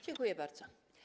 Dziękuję bardzo.